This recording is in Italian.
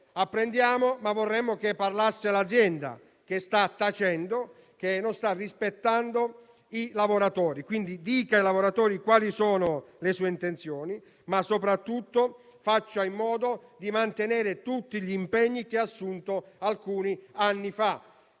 apprendiamo, ma vorremmo che parlasse l'azienda, che sta tacendo e non sta rispettando i lavoratori. Dica, quindi, ai lavoratori quali sono le sue intenzioni, ma soprattutto faccia in modo di mantenere tutti gli impegni che ha assunto alcuni anni fa.